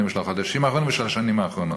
או של החודשים האחרונים או של השנים האחרונות.